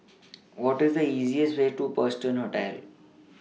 What IS The easiest Way to Preston